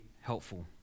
helpful